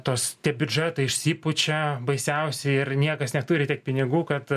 tos tie biudžetai išsipučia baisiausiai ir niekas neturi tiek pinigų kad